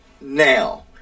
Now